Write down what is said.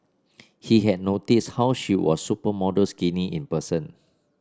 he had noticed how she was supermodel skinny in person